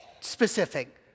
specific